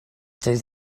through